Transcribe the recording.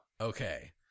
Okay